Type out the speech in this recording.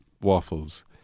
waffles